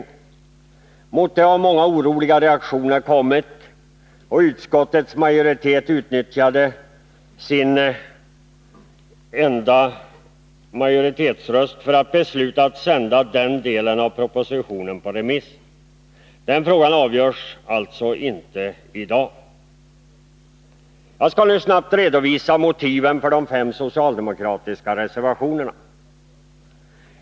Mot det förslaget har många oroliga reaktioner kommit, och utskottets majoritet utnyttjade sin enda majoritetsröst till att besluta att sända den delen av propositionen på remiss. Den frågan avgörs alltså inte i dag. Jag skall nu snabbt redovisa motiven för de fem socialdemokratiska reservationerna.